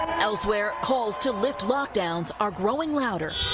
elsewhere, calls to lift lockdowns are growing louder.